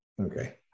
Okay